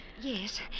yes